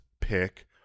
pick